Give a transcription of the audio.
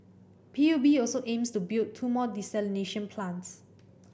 P U B also aims to build two more desalination plants